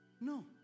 No